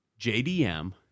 JDM